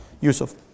Yusuf